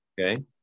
Okay